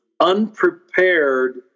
unprepared